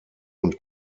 und